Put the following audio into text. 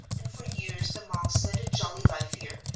and for years the monks led a jolly life here,